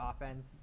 offense